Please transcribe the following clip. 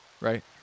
right